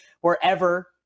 wherever